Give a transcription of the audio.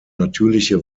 natürliche